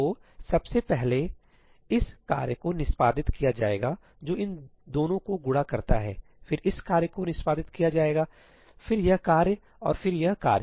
तो सबसे पहले इस कार्य को निष्पादित किया जाएगा जो इन दोनों को गुणा करता है फिर इस कार्य को निष्पादित किया जाएगा फिर यह कार्य और फिर यह कार्य